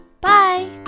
Bye